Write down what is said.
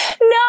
No